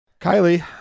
Kylie